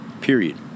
period